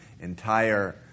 entire